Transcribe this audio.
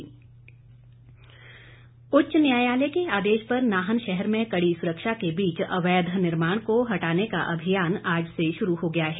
अतिक्रमण उच्च न्यायालय के आदेश पर नाहन शहर में कड़ी स्रक्षा के बीच अवैध निर्माण को हटाने का अभियान आज से शुरू हो गया है